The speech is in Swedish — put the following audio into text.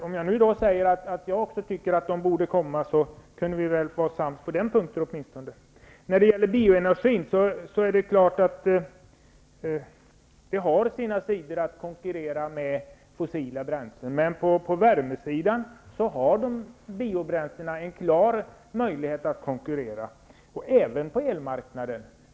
Om jag då säger att jag också tycker att förslag borde komma, kunde vi vara sams åtminstone på den punkten. När det gäller bioenergin är det klart att det har sina sidor att konkurrera med fossila bränslen, men på värmesidan har biobränslena en klar möjlighet att konkurrera, och även på elmarknaden.